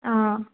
ఆ